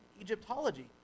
Egyptology